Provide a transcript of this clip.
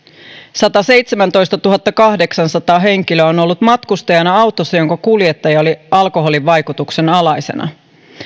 sataseitsemäntoistatuhattakahdeksansataa henkilöä on ollut matkustajana autossa jonka kuljettaja oli alkoholin vaikutuksen alaisena